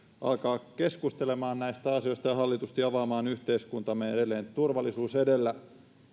alkaa keskustelemaan näistä asioista ja hallitusti avaamaan yhteiskuntaamme edelleen turvallisuus edellä